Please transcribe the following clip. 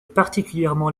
particulièrement